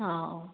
हा